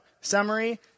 summary